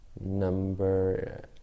number